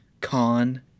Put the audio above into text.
con